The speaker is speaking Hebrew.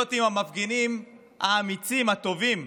להיות עם המפגינים האמיצים, הטובים,